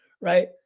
right